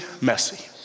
messy